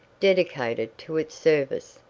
dedicated to its service,